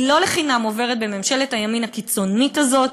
לא לחינם היא עוברת בממשלת הימין הקיצונית הזאת.